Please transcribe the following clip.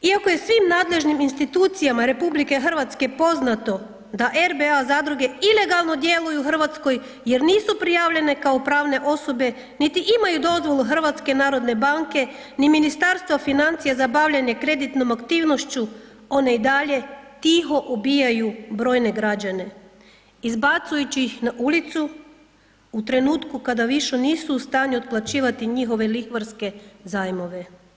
Iako je svim nadležnim institucijama RH poznato da RBA zadruge ilegalno djeluju u Hrvatskoj jer nisu prijavljene kao pravne osobe niti imaju dozvolu HNB-a, ni Ministarstva financija za bavljenje kreditnom aktivnošću one i dalje tiho ubijaju brojne građane izbacujući ih na ulicu u trenutku kada više nisu u stanju otplaćivati njihove lihvarske zajmove.